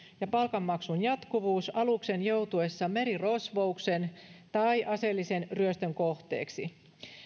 ja palkanmaksun jatkuvuus aluksen joutuessa merirosvouksen tai aseellisen ryöstön kohteeksi